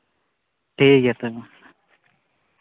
ᱴᱷᱤᱠ ᱜᱮᱭᱟ ᱛᱚᱵᱮ